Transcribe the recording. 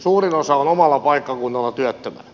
suurin osa on omalla paikkakunnalla työttömänä